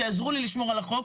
שיעזרו לי לשמור על החוק.